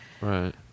right